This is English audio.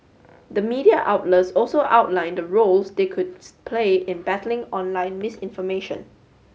the media outlets also outlined the roles they could splay in battling online misinformation